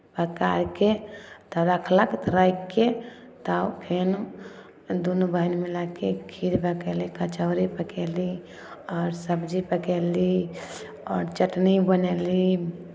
पकाए कऽ तब रखलक राखि कऽ तऽ फेर दुनू बहीन मिला कऽ खीर पकयली कचौड़ी पकयली आओर सबजी पकयली आओर चटनी बनयली